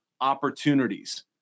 opportunities